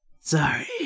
Sorry